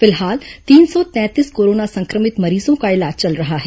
फिलहाल तीन सौ तैंतीस कोरोना सं क्र मित मरीजों का इलाज चल रहा है